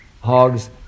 Hogs